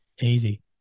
Easy